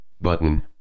Button